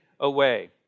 away